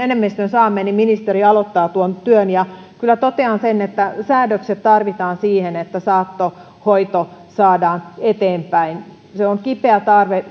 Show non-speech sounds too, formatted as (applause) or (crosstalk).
(unintelligible) enemmistön saamme niin ministeriö aloittaa tuon työn kyllä totean sen että säädökset tarvitaan siihen että saattohoito saadaan eteenpäin se on kipeä tarve (unintelligible)